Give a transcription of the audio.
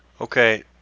okay